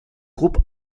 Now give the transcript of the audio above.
groupe